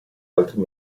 altri